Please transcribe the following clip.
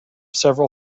several